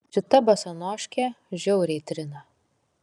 šita basanoškė žiauriai trina